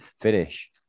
finish